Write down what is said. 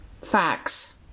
facts